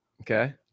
Okay